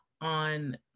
on